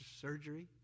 surgery